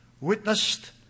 witnessed